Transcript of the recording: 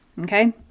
Okay